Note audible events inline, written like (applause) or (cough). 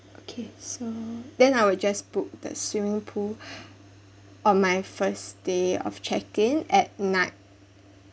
okay so then I will just put the swimming pool (breath) on my first day of check in at night